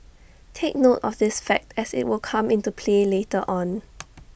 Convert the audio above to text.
take note of this fact as IT will come into play later on